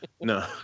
No